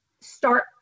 start